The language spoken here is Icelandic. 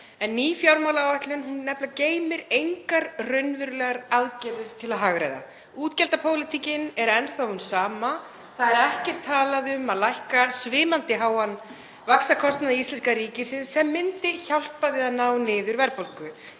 Ný fjármálaáætlun geymir nefnilega engar raunverulegar aðgerðir til að hagræða. Útgjaldapólitíkin er enn sú sama. Það er ekkert talað um að lækka svimandi háan vaxtakostnað íslenska ríkisins, sem myndi hjálpa við að ná niður verðbólgu.